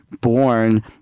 born